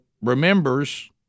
remembers